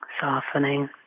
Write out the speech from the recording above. Softening